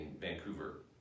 Vancouver